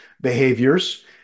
behaviors